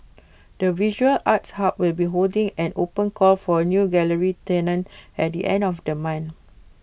the visual arts hub will be holding an open call for new gallery tenants at the end of the month